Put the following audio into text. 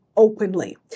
openly